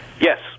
Yes